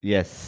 Yes